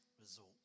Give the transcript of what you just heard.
resort